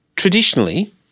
Traditionally